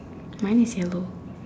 mine is yellow